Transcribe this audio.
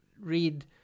read